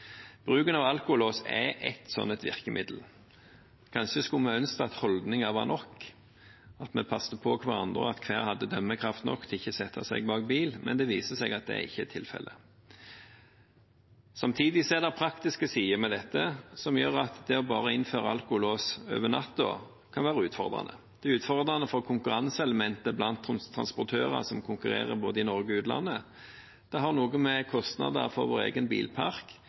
Bruken av alkolås er et sånt virkemiddel. Kanskje skulle vi ønske at holdninger var nok, at vi passet på hverandre, og at hver enkelt hadde dømmekraft nok til ikke å sette seg bak rattet, men det viser seg at det ikke er tilfellet. Samtidig er det praktiske sider ved dette som gjør at det å innføre alkolås over natten kan være utfordrende. Det er utfordrende for konkurranseelementet blant transportører som konkurrerer i både Norge og utlandet. Det har å gjøre med kostnadene for vår egen bilpark,